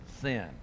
Sin